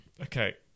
Okay